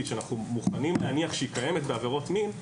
שאנחנו מוכנים להניח שהיא קיימת בעבירות מין,